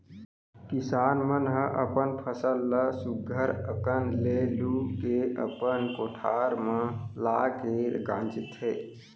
किसान मन ह अपन फसल ल सुग्घर अकन ले लू के अपन कोठार म लाके गांजथें